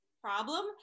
problem